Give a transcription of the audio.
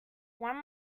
one